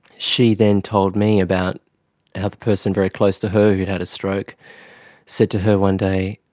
she then told me about how the person very close to her who had had a stroke said to her one day,